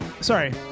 sorry